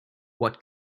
what